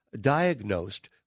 diagnosed